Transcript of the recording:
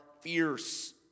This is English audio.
fierce